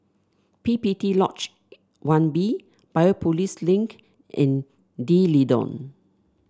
P P T Lodge One B Biopolis Link and D'Leedon